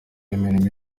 imirimo